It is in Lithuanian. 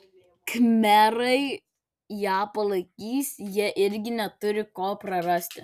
khmerai ją palaikys jie irgi neturi ko prarasti